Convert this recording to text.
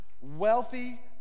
wealthy